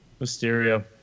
Mysterio